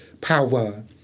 power